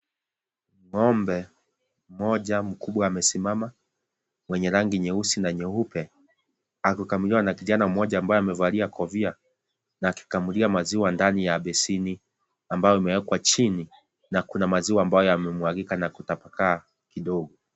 Ng'ombe mmoja mkubwa amesimama, mwenye rangi nyeusi na nyeupe akikamuliwa na kijana mmoja ambaye amevalia kofia, na akikamulia maziwa ndani ya besini ambayo imewekwa chini, na kuna maziwa ambayo yamemwagika na kutapakaa kidogo.